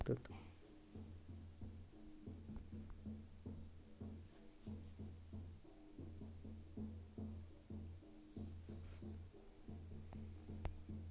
Debit आणि credit कार्डचो अर्ज करुच्यासाठी काय कागदपत्र लागतत?